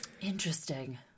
Interesting